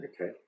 Okay